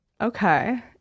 Okay